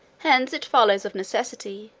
hence it follows of necessity,